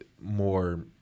more